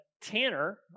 Tanner